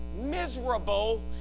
miserable